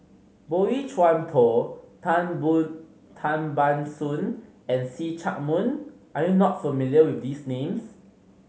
Boey Chuan Poh Tan Tan Ban Soon and See Chak Mun are you not familiar with these names